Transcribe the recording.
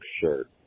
shirt